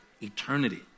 eternity